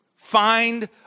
Find